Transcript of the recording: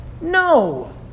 No